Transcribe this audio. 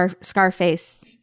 Scarface